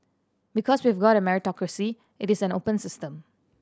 because we've got a meritocracy it is an open system